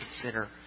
consider